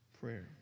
prayer